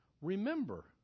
Remember